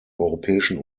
europäischen